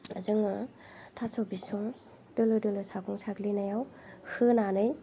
जोङो थास' बिसं दोलो दोलो सागं साग्लिनायाव होनानै